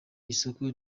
isoko